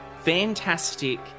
fantastic